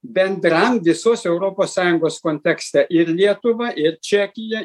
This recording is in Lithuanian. bendram visos europos sąjungos kontekste ir lietuvą ir čekiją